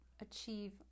achieve